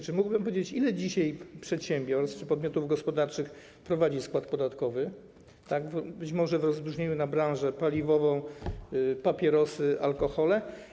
Czy mógłby pan powiedzieć, ile dzisiaj przedsiębiorstw czy podmiotów gospodarczych prowadzi skład podatkowy w rozróżnieniu na branżę paliwową, papierosy, alkohole?